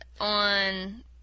on